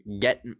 get